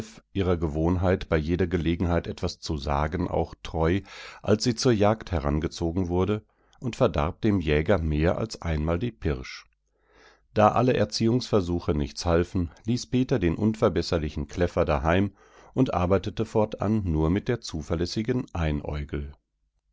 ihrer gewohnheit bei jeder gelegenheit etwas zu sagen auch treu als sie zur jagd herangezogen wurde und verdarb dem jäger mehr als einmal die pirsch da alle erziehungsversuche nichts halfen ließ peter den unverbesserlichen kläffer daheim und arbeitete fortan nur mit der zuverlässigen einäugel